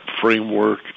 framework